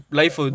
life